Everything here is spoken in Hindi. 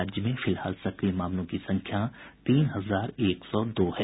राज्य में फिलहाल सक्रिय मामलों की संख्या तीन हजार एक सौ दो है